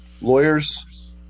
Lawyers